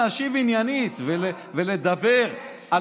להשיב עניינית ולדבר על הדלפות,